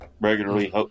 regularly